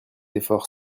effort